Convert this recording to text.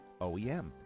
OEM